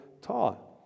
taught